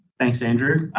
thanks, andrew.